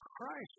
Christ